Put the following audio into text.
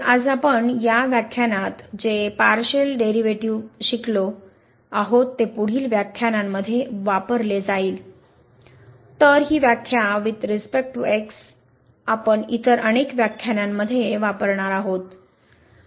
तर आज आपण या व्याख्यानात जे पार्शिअल डेरीवेटीव शिकलो आहोत ते पुढील व्याख्यानांमध्ये वापरले जाइल तर ही व्याख्या वुईथ रीस्पेक्ट टू x आपण इतर अनेक व्याख्यानांमध्ये वापरणार आहोत